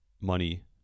money